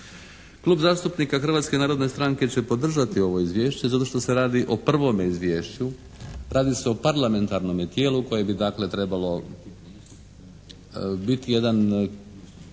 Klub zastupnika Hrvatske narodne stranke će podržati ovo izvješće zato što se radi o prvome izvješću, radi se o parlamentarnome tijelu koje bi dakle trebalo biti jedan